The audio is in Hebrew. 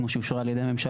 כמו שאושרה על ידי הממשלה,